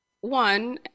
One